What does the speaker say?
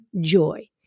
joy